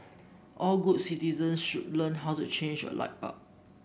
all good citizen should learn how to change a light bulb